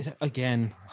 again